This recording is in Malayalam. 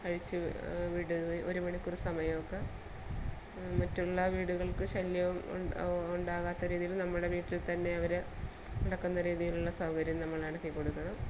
അഴിച്ച് വിടുകയും ഒരു മണിക്കൂർ സമയമൊക്കെ മറ്റുള്ള വീടുകൾക്ക് ശല്യം ഉണ്ടാകാത്ത രീതീൽ നമ്മുടെ വീട്ടിൽ തന്നെ അവരെ നടക്കുന്ന രീതിയിലുള്ള സൗകര്യം നമ്മളൊരുക്കി കൊടുക്കണം